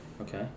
okay